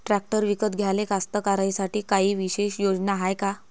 Tractor विकत घ्याले कास्तकाराइसाठी कायी विशेष योजना हाय का?